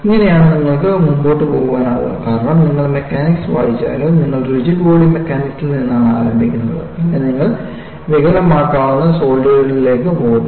ഇങ്ങനെയാണ് നിങ്ങൾക്ക് മുന്നോട്ട് പോകാനാകുക കാരണം നിങ്ങൾ മെക്കാനിക്സ് വായിച്ചാലും നിങ്ങൾ റിജിഡ് ബോഡി മെക്കാനിക്സിൽ നിന്നാണ് ആരംഭിക്കുന്നത് പിന്നെ നിങ്ങൾ വികലമാക്കാവുന്ന സോളിഡുകളിലേക്ക് പോകുന്നു